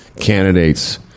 Candidates